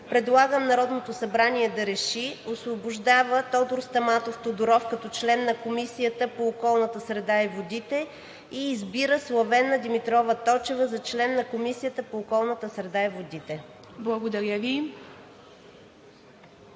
на Народното събрание РЕШИ: 1. Освобождава Тодор Стаматов Тодоров като член на Комисията по околната среда и водите. 2. Избира Славена Димитрова Точева за член на Комисията по околната среда и водите.“